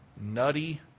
nutty